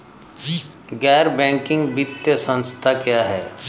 गैर बैंकिंग वित्तीय संस्था क्या है?